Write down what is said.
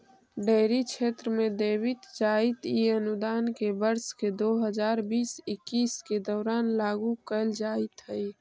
dairy क्षेत्र में देवित जाइत इ अनुदान के वर्ष दो हज़ार बीस इक्कीस के दौरान लागू कैल जाइत हइ